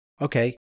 okay